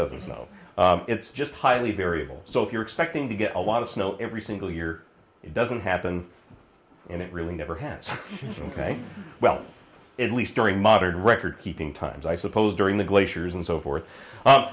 doesn't snow it's just highly variable so if you're expecting to get a lot of snow every single year it doesn't happen and it really never happens ok well at least during modern recordkeeping times i suppose during the glaciers and so forth